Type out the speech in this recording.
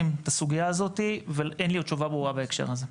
את הסוגיה הזאת ואין לי עוד תשובה ברורה בהקשר הזה.